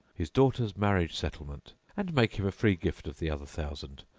his daughter's marriage settlement, and make him a free gift of the other thousand,